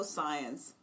science